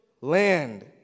land